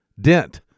Dent